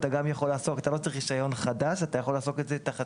אתה לא צריך רישיון חדש; אתה יכול לעשות את זה באישור.